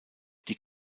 die